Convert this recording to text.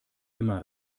immer